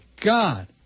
God